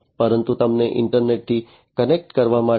પરંતુ તેમને ઇન્ટરનેટથી કનેક્ટ કરવા માટે